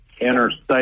interstate